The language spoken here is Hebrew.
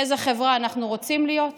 איזו חברה אנחנו רוצים להיות,